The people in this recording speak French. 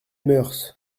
mœurs